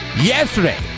Yesterday